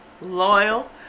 loyal